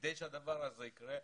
כדי שהדבר הזה יקרה,